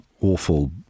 awful